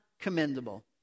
commendable